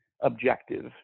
objective